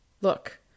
Look